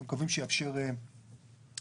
אנחנו מקווים שיאפשר עבודה.